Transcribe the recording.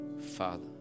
Father